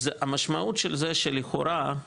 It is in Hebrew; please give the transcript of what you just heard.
המשמעות של זה שלכאורה,